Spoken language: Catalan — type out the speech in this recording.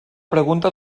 pregunta